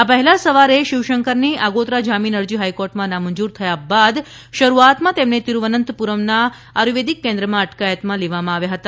આ પહેલા સવારે શિવશંકરની આગોતરા જામીન અરજી હાઇકોર્ટમાં નામંજૂર થયા બાદ શરૂઆતમાં તેમને તિરૂવનંતપુરમના આર્યુવેદિક કેન્દ્રમાં અટકાયતમાં લેવામાં આવ્યા હતા